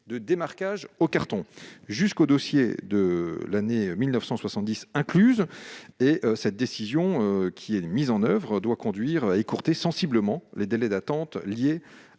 de démarquage au carton jusqu'au dossier de l'année 1970 incluse. La mise en oeuvre de cette décision doit conduire à écourter sensiblement les délais d'attente liés à